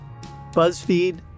BuzzFeed